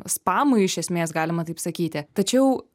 spamui iš esmės galima taip sakyti tačiau